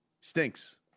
stinks